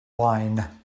wine